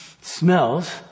smells